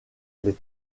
les